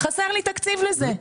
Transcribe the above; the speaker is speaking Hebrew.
חסר לי תקציב לזה,